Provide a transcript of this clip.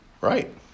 Right